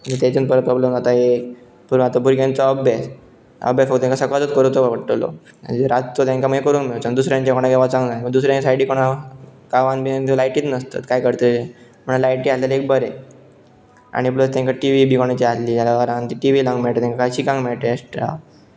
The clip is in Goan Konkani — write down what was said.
आनी तेच्यान परत प्रॉब्लम जाता एक पूण आतां भुरग्यांचो अभ्यास अभ्यास हो तेंकां सकाळचोच करूचो पडटलो रातचो तेंका मागीर करूंक मेळचोना दुसऱ्यांचे कोणागेर वचोंक जाय दुसऱ्यां सायडी कोणाक गांवान बिवान बी त्यो लायटीच नासतात काय करतले म्हणोन लायटी आसलेलें एक बरें आनी प्लस तेंका टी वी बी कोणाची आहली जाल्यार घरान ती टी वी लावंक मेळटा तेंकां शिकोंक मेळटा ऍक्स्ट्रा